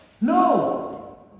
No